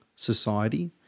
society